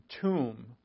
tomb